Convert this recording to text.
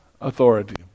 authority